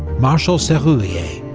marshal serurier